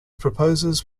proposers